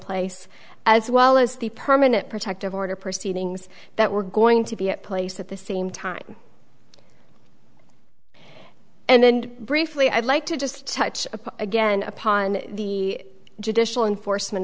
place as well as the permanent protective order proceedings that were going to be at place at the same time and briefly i'd like to just touch again upon the judicial in for